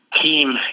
team